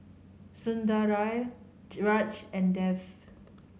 Sundaraiah Raj and Dev